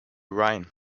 rhine